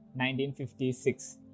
1956